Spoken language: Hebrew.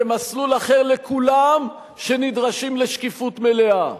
ומסלול אחר לכולם, שנדרשים לשקיפות מלאה.